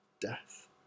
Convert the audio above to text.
Death